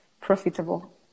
profitable